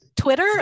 Twitter